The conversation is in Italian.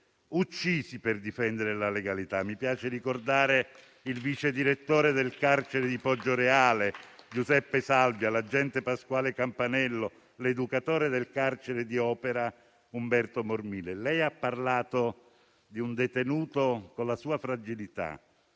uccisi per difendere la legalità. Mi piace ricordare il vice direttore del carcere di Poggioreale Giuseppe Salvia, l'agente Pasquale Campanello, l'educatore del carcere di Opera Umberto Mormile. Lei ha parlato di un detenuto con la tua fragilità,